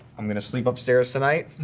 i'm gonna sleep upstairs tonight.